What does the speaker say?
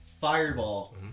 fireball